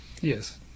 Yes